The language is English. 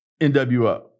NWO